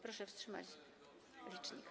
Proszę wstrzymać licznik.